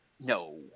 no